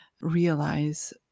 realize